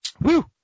Woo